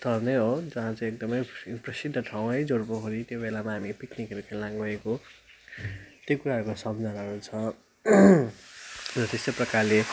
स्थल नै हो जहाँ चाहिँ एकदमै प्रसिद्ध ठाउँ है जोरपोखरी त्यो बेलामा हामी पिक्निकहरू खेल्न गएको त्यो कुराहरूको सम्झनाहरू छ र त्यस्तै प्रकारले